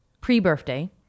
pre-birthday